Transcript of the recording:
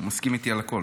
הוא מסכים איתי על הכול,